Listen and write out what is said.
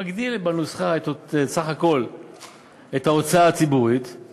מגדיל בנוסחה את סך כל ההוצאה הציבורית.